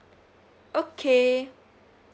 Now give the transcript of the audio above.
okay